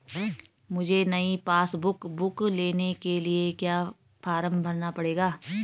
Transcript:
मुझे नयी passbook book लेने के लिए क्या फार्म भरना पड़ेगा?